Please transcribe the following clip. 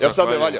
Jel sada ne valja?